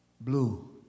blue